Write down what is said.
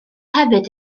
hefyd